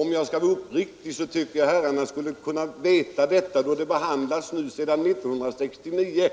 Om jag skall vara uppriktig, anser jag att herrarna också skulle kunna veta detta, då frågan behandlas sedan 1969,